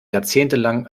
jahrzehntelang